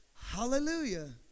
Hallelujah